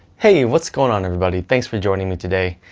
hey what's going on everybody? thanks for joining me today.